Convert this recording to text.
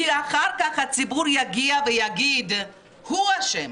כי אחר כך הציבור יגיע ויגיד: הוא אשם.